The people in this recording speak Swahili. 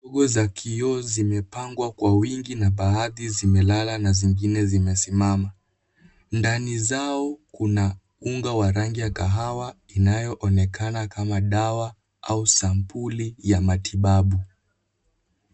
Nguo za kioo zimepangwa kwa wingi na baadhi zimelala na zingine zimesimama. Ndani zao kuna unga wa rangi ya kahawa inayoonekana kama dawa au sampuli ya matibabu.